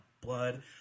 blood